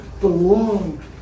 belong